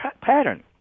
pattern